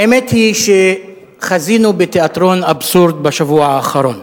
האמת היא שחזינו בתיאטרון אבסורד בשבוע האחרון,